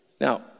Now